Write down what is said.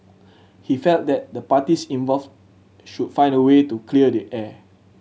he felt that the parties involved should find a way to clear the air